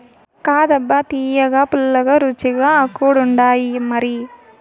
కాదబ్బా తియ్యగా, పుల్లగా, రుచిగా కూడుండాయిమరి